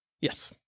Yes